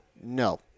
No